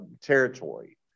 territory